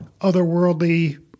otherworldly